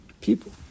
people